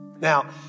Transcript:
Now